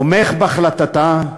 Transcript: תומך בהחלטתה,